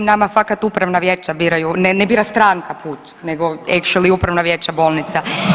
Nama fakat Upravna vijeća biraju, ne bira stranka put, nego „eksheli“ Upravna vijeća bolnica.